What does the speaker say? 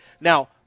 Now